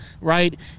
right